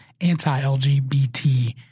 anti-LGBT